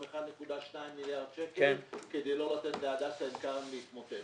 1.2 מיליארד שקלים כדי לא לתת להדסה עין כרם להתמוטט.